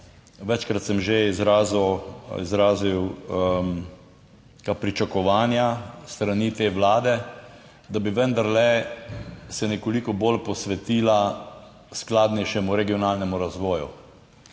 Večkrat sem že izrazil pričakovanja s strani te Vlade, da bi vendarle se nekoliko bolj posvetila skladnejšemu regionalnemu razvoju.